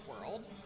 world